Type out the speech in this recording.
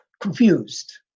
confused